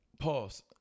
pause